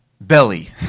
belly